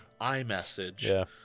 iMessage